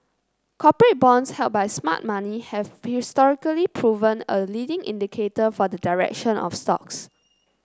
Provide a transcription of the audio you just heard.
corporate bonds held by smart money have historically proven a leading indicator for the direction of stocks